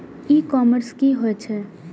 E commerce की होय छेय?